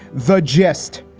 the gist,